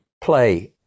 play